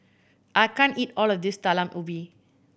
I can't eat all of this Talam Ubi